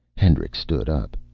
hendricks stood up.